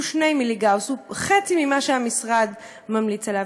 הוא 2 מיליגאוס, הוא חצי ממה שהמשרד ממליץ עליו.